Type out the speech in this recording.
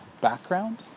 background